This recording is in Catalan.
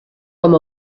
com